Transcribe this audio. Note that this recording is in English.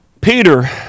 Peter